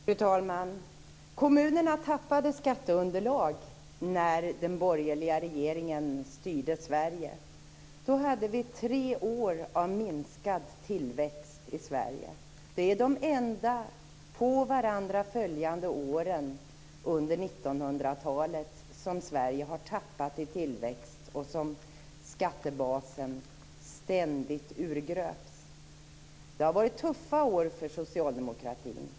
Fru talman! Kommunerna tappade skatteunderlag när den borgerliga regeringen styrde Sverige. Då hade vi tre år av minskad tillväxt i Sverige. Det är de enda på varandra följande åren under 1900-talet när Sverige har tappat i tillväxt och som skattebasen ständigt urgröps. Det har varit tuffa år för socialdemokratin.